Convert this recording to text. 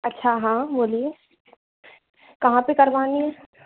अच्छा हाँ बोलिए कहाँ पे करवानी है